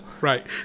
Right